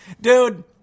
Dude